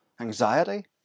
anxiety